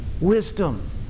Wisdom